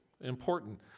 important